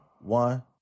One